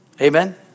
Amen